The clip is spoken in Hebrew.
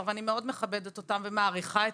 ואני מאוד מכבדת אותם ומעריכה אותם.